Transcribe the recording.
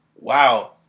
wow